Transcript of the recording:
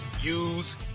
use